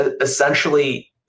essentially